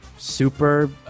Super